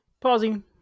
Pausing